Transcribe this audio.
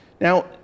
Now